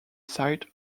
site